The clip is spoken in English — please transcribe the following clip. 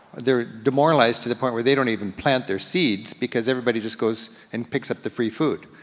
they're demoralized to the point where they don't even plant their seeds because everybody just goes and picks up the free food.